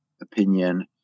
opinion